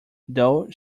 though